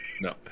no